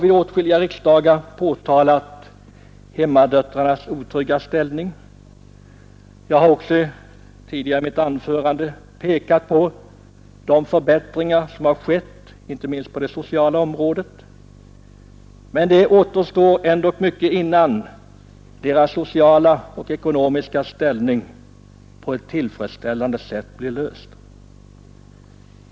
Vid åtskilliga riksdagar har jag påtalat hemmadöttrarnas otrygga ställning. Även om, som jag tidigare i mitt anförande påpekat, förbättringar har skett på det sociala området, så återstår det ändock mycket innan problemet med deras sociala och ekonomiska ställning på ett tillfredsställande sätt blir löst.